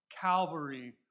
Calvary